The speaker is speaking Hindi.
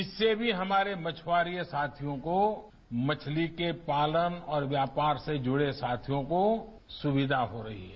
इससे भी हमारे मछुआरे साथियों को मछली के पालन और व्यापार से जुड़े साथियों को सुविधा हो रही है